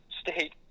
state